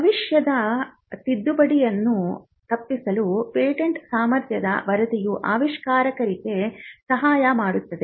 ಭವಿಷ್ಯದ ತಿದ್ದುಪಡಿಯನ್ನು ತಪ್ಪಿಸಲು ಪೇಟೆಂಟ್ ಸಾಮರ್ಥ್ಯದ ವರದಿಯು ಆವಿಷ್ಕಾರಕರಿಗೆ ಸಹಾಯ ಮಾಡುತ್ತದೆ